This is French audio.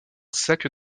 sac